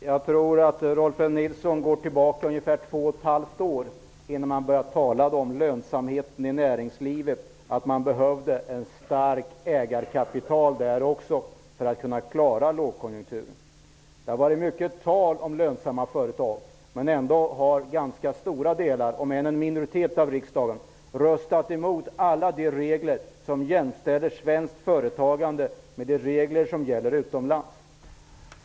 Fru talman! Det var först för två och ett halvt år sedan som någon började tala om lönsamheten i näringslivet, att det också där behövdes ett starkt ägarkapital för att man skulle kunna klara lågkonjunkturen. Det har varit mycket tal om lönsamma företag, men ändå har ganska många -- om än en minoritet av riksdagen -- röstat emot alla förslag om att jämställa reglerna för svenskt företagande med de regler som gäller utomlands.